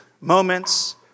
moments